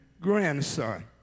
grandson